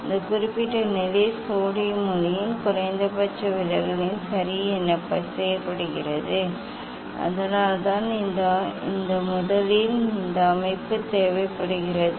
அந்த குறிப்பிட்ட நிலை சோடியம் ஒளியின் குறைந்தபட்ச விலகலில் சரி செய்யப்படுகிறது அதனால்தான் இந்த முதலில் இந்த அமைப்பு தேவைப்படுகிறது